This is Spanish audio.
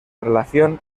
relación